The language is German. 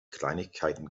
kleinigkeiten